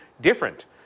different